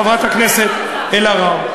חברת הכנסת אלהרר.